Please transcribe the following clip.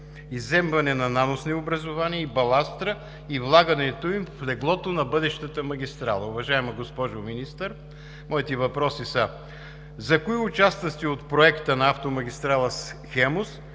изземване на наносни образувания и баластра и влагането им в леглото на бъдещата магистрала. Уважаема госпожо Министър, моите въпроси са: за кои участъци от проекта на автомагистрала „Хемус“